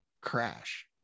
crash